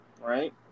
right